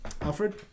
Alfred